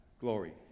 glory